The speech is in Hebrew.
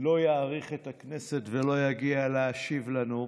לא יעריך את הכנסת ולא יגיע להשיב לנו.